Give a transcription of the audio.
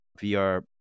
VR